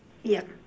yup